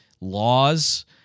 laws